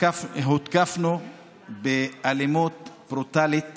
הותקפנו באלימות ברוטלית